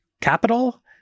capital